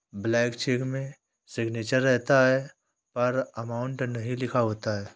blank cheque में signature रहता है पर अमाउंट नहीं लिखा होता है